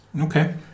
Okay